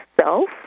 self